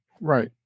Right